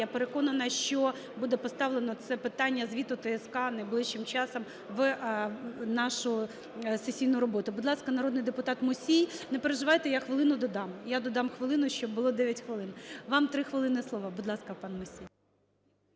я переконана, що буде поставлено це питання звіту ТСК найближчим часом в нашу сесійну роботу. Будь ласка, народний депутата Мусій. Не переживайте, я хвилину додам. Я додам хвилину, щоб було 9 хвилини. Вам 3 хвилини слова. Будь ласка, пан Мусій.